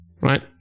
right